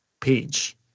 page